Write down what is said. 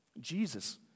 Jesus